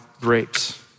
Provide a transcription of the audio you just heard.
grapes